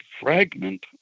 fragment